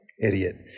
idiot